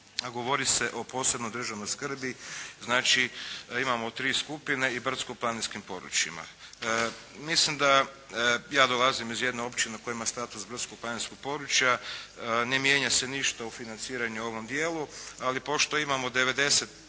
govori se o posebnoj državnoj skrbi. Znači imamo tri skupine i brdsko-planinskim područjima. Mislim da, ja dolazim iz jedne općine koja ima status brdsko-planinskog područja. Ne mijenja se ništa u financiranju u ovom dijelu ali pošto imamo 90%